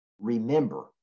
Remember